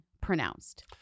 pronounced